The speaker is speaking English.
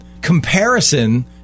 Comparison